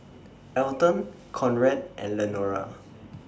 Alton Conrad and Lenora